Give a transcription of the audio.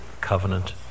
covenant